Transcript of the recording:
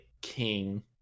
king